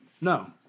No